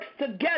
together